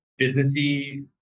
businessy